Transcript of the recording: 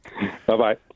Bye-bye